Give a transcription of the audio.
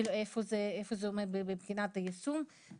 בשבוע שעבר דנו בביטול ההתיישנות על עבירות מין.